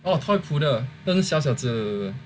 oh toy poodle ah 那小小只的